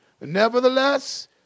Nevertheless